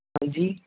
ਹਾਂਜੀ